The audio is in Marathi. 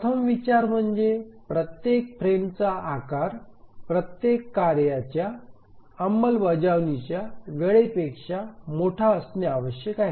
प्रथम विचार म्हणजे प्रत्येक फ्रेमचा आकार प्रत्येक कार्याच्या अंमलबजावणीच्या वेळेपेक्षा मोठा असणे आवश्यक आहे